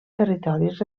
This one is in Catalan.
territoris